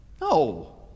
no